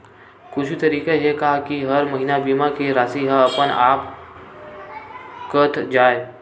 कुछु तरीका हे का कि हर महीना बीमा के राशि हा अपन आप कत जाय?